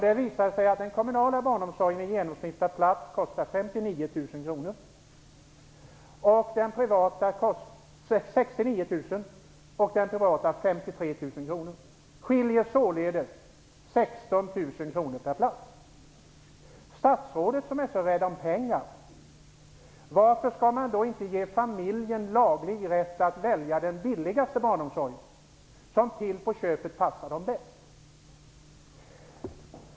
Det visar sig att den kommunala barnomsorgen i genomsnitt per plats kostar 69 000 kronor och den privata 53 000 kronor. Det skiljer således 16 000 kronor per plats. Statsrådet är ju så rädd om pengarna. Varför skall man då inte ge familjen laglig rätt att välja den billigaste barnomsorgen, som till på köpet passar dem bäst?